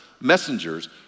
messengers